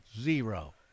zero